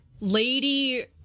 lady